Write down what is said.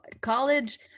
College